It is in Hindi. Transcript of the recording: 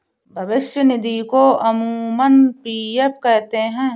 भविष्य निधि को अमूमन पी.एफ कहते हैं